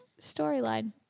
storyline